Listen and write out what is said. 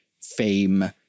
fame